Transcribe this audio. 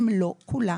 אם לא כולה,